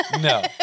no